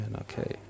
Okay